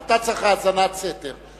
אתה צריך האזנת סתר.